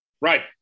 Right